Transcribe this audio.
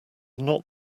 not